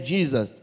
Jesus